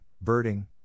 birding